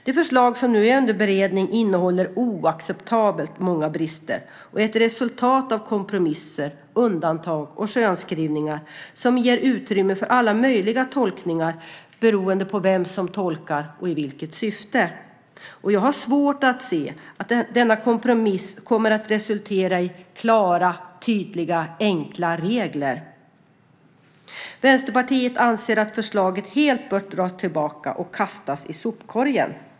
Det förslag som nu är under beredning innehåller oacceptabelt många brister och är ett resultat av kompromisser, undantag och skönskrivningar som ger utrymme för alla möjliga tolkningar beroende på vem som tolkar och i vilket syfte. Jag har svårt att se att denna kompromiss kommer att resultera i klara, tydliga, enkla regler. Vänsterpartiet anser att förslaget helt bör dras tillbaka och kastas i sopkorgen.